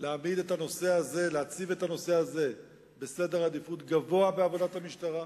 להציב את הנושא הזה בעדיפות גבוהה בעבודת המשטרה.